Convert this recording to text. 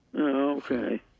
Okay